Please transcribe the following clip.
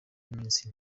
y’iminsi